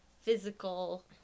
physical